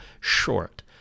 short